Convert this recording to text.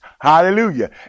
Hallelujah